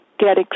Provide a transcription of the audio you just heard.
get